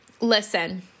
listen